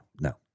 no